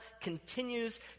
continues